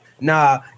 Nah